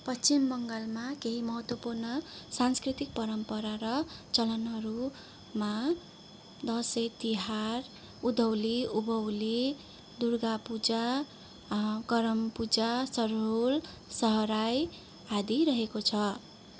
पश्चिम बङ्गालमा केही महत्त्वपूर्ण सांस्कृतिक परम्परा र चलनहरूमा दसैँ तिहार उँधौली उँभौली दुर्गा पूजा करम पूजा सरोल सहराई आदि रहेको छ